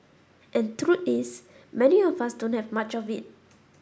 and truth is many of us don't have much of it